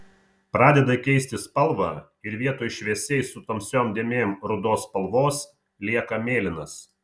pradeda keisti spalvą ir vietoj šviesiai su tamsiom dėmėm rudos spalvos lieka mėlynas